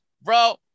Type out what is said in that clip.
bro